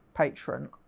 Patron